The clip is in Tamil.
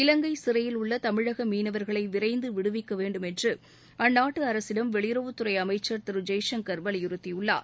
இலங்கை சிறையில் உள்ள தமிழக மீனவர்களை விரைந்து விடுவிக்க வேண்டும் என்று அந்நாட்டு அரசிடம் வெளியுறவுத்துறை அமைச்சர் திரு ஜெய்சங்கர் வலியுறுத்தியுள்ளார்